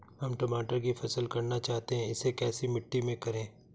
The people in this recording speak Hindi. हम टमाटर की फसल करना चाहते हैं इसे कैसी मिट्टी में करें?